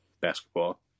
basketball